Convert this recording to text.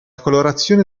colorazione